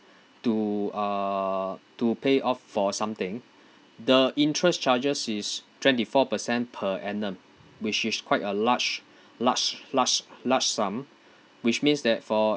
to uh to pay off for something the interest charges is twenty four percent per annum which is quite a large large large large sum which means that for